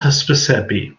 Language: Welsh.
hysbysebu